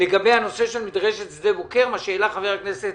לגבי הנושא של מדרשת שדה-בוקר, מה שהעלה חבר הכנסת